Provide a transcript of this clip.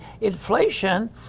inflation